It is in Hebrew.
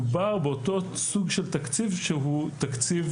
מדובר באותו סוג של תקציב שהוא תקציב